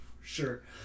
Sure